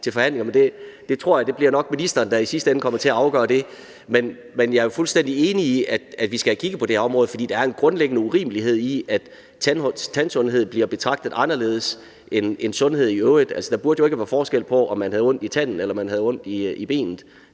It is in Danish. det tror jeg nok bliver ministeren der i sidste ende kommer til at afgøre. Men jeg er jo fuldstændig enig i, at vi skal have kigget på det her område, for der er en grundlæggende urimelighed i, at tandsundhed bliver betragtet anderledes end sundhed i øvrigt. Altså, der burde jo ikke være forskel på, om man havde ondt i tanden eller man havde ondt i benet,